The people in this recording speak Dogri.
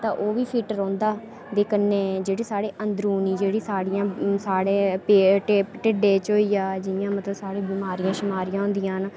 तो ओह् बी फिट रौहंदा ते कन्नै जेह्ड़े साढ़े अंदरूनी जेह्ड़ी साढ़ी जि'यां साढ़े पेट ढिड्डै च होई गेआ जि'यां मतलब साढ़े बमारियां शमारियां होंदियां न